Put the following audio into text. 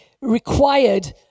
required